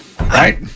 Right